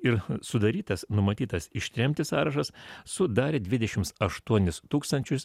ir sudarytas numatytas ištremti sąrašas sudarė dvidešimts aštuonis tūkstančius